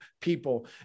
people